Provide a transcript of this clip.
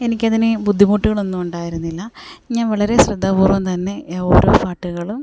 എനിക്കതിനീ ബുദ്ധിമുട്ടുകളൊന്നും ഉണ്ടായിരുന്നില്ല ഞാൻ വളരെ ശ്രദ്ധാപൂർവം തന്നെ ഓരോ പാട്ടുകളും